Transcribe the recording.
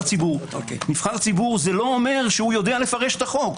ציבור זה לא אומר שהוא יודע לפרש את החוק.